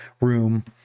room